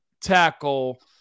tackle